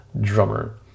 drummer